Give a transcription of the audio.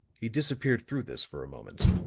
he disappeared through this for a moment